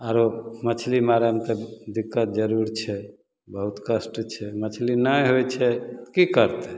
आओर मछली मारैमे तऽ दिक्कत जरूर छै बहुत कष्ट छै मछली नहि होइ छै कि करतै